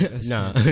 no